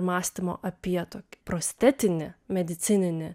mąstymo apie tokį prostetinį medicininį